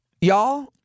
Y'all